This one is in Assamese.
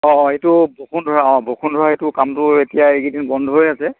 অঁ এইটো বসুন্ধৰা অঁ বসুন্ধৰা এইটো কামটো এতিয়া এইকেইদিন বন্ধ হৈ আছে